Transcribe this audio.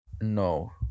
No